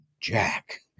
Jack